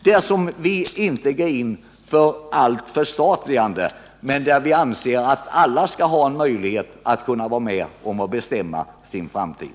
Vi vill inte att allt skall förstatligas, men vi anser att människor själva skall få vara med om att bestämma sin framtid.